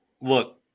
Look